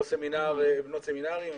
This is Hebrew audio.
או בנות סמינרים,